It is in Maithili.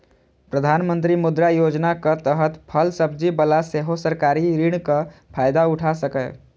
प्रधानमंत्री मुद्रा योजनाक तहत फल सब्जी बला सेहो सरकारी ऋणक फायदा उठा सकैए